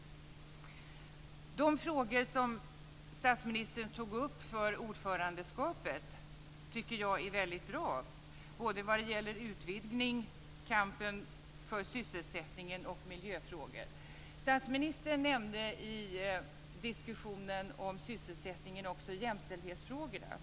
De frågor som statsministern tog upp för ordförandeskapet tycker jag är väldigt bra vad gäller utvidgningen, kampen för sysselsättningen och miljöfrågorna. Statsministern nämnde i diskussionen om sysselsättningen också jämställdhetsfrågorna.